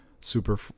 super